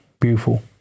beautiful